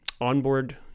onboard